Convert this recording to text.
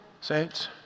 saints